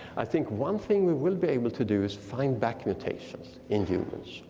i think one thing we will be able to do is find back mutations in humans.